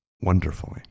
Wonderfully